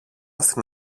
στην